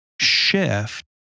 shift